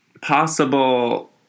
possible